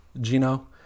Gino